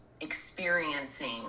experiencing